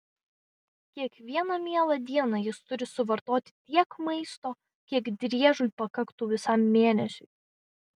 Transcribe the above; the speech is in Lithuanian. kiekvieną mielą dieną jis turi suvartoti tiek maisto kiek driežui pakaktų visam mėnesiui